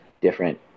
different